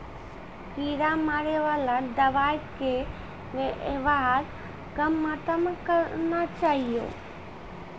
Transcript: कीड़ा मारैवाला दवाइ के वेवहार कम मात्रा मे करना चाहियो